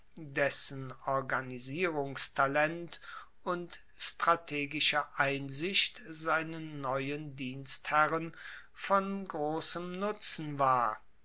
dessen organisierungstalent und strategische einsicht seinen neuen dienstherren von grossem nutzen war